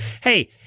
Hey